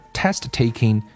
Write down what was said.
test-taking